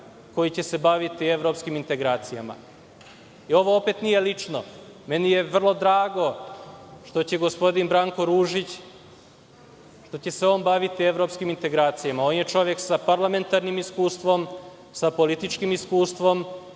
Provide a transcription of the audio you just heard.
koji će se baviti evropskim integracijama. Ovo opet nije lično. Vrlo mi je drago što će gospodin Branko Ružić, što će se on baviti evropskim integracijama. On je čovek sa parlamentarnim iskustvom, sa političkim iskustvom